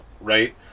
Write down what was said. right